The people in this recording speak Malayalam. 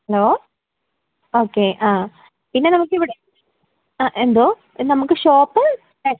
ഹലോ ഓക്കെ ആ പിന്നെ നമുക്കിവിടെ ആ എന്തോ നമുക്ക് ഷോപ്പ് എട്